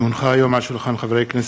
כי הונחו היום על שולחן הכנסת,